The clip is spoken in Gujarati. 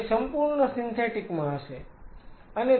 તે સંપૂર્ણ સિન્થેટિક માં હશે